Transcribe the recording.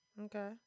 Okay